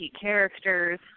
characters